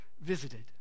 visited